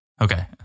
Okay